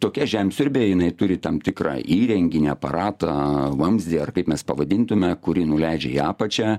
tokia žemsiurbė jinai turi tam tikrą įrenginį aparatą vamzdį ar kaip mes pavadintume kurį nuleidžia į apačią